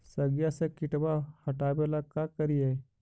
सगिया से किटवा हाटाबेला का कारिये?